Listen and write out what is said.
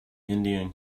indian